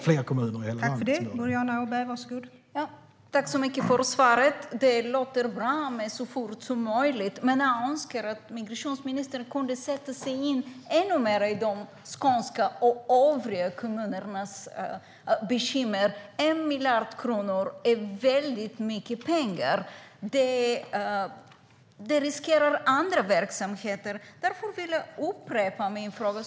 Fru talman! Tack så mycket för svaret! Det låter bra att det ska ske så fort som möjligt. Men jag önskar att migrationsministern ännu mer kunde sätta sig in i de skånska kommunernas och de övriga kommunernas bekymmer. 1 miljard kronor är mycket pengar. Det riskerar andra verksamheter. Därför vill jag upprepa min fråga.